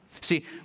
See